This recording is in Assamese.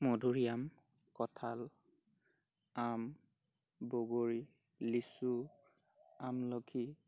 মধুৰিয়াম কঁঠাল আম বগৰী লিচু আমলখি